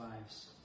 lives